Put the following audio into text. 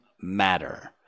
matter